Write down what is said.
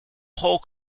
whole